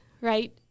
right